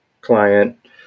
client